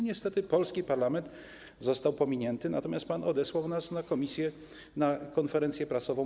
Niestety polski parlament został pominięty, natomiast pan odesłał nas na prezentującą to konferencję prasową.